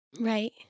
Right